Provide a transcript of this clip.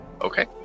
Okay